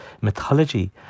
mythology